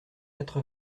quatre